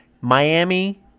Miami